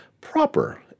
proper